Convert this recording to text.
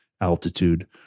altitude